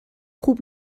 خوب